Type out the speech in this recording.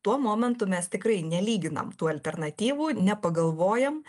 tuo momentu mes tikrai nelyginam tų alternatyvų nepagalvojam